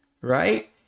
right